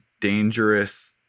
dangerous